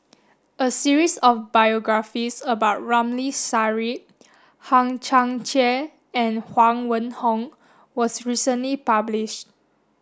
a series of biographies about Ramli Sarip Hang Chang Chieh and Huang Wenhong was recently published